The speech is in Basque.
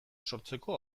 sortzeko